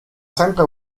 sempre